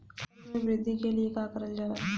फसल मे वृद्धि के लिए का करल जाला?